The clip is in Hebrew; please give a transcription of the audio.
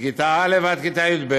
מכיתה א' ועד כיתה י"ב,